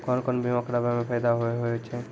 कोन कोन बीमा कराबै मे फायदा होय होय छै?